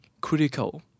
critical